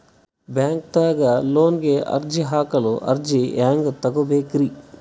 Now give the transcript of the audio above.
ಬ್ಯಾಂಕ್ದಾಗ ಲೋನ್ ಗೆ ಅರ್ಜಿ ಹಾಕಲು ಅರ್ಜಿ ಹೆಂಗ್ ತಗೊಬೇಕ್ರಿ?